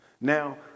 now